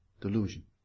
delusion